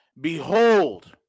Behold